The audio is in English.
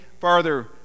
farther